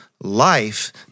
life